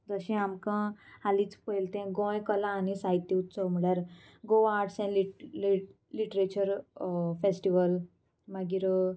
जशें आमकां हालींच पयलें तें गोंय कला आनी साहित्य उत्सव म्हळ्यार Goa arts and lit literature festival मागीर